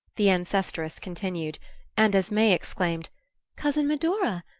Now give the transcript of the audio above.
the ancestress continued and, as may exclaimed cousin medora?